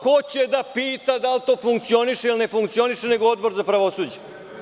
Ko će da pita da li to funkcioniše ili ne funkcioniše, nego Odbor za pravosuđe?